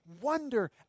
Wonder